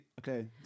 okay